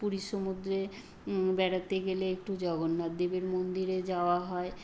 পুরীর সমুদ্রে বেড়াতে গেলে একটু জগন্নাথ দেবের মন্দিরে যাওয়া হয়